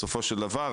בסופו של דבר,